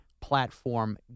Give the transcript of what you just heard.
platform